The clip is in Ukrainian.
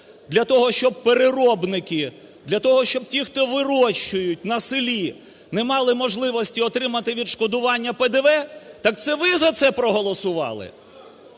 для того, щоб переробники, для того, щоб ті, хто вирощують на селі, не мали можливості отримати відшкодування ПДВ. Так це ви за це проголосували?